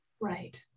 Right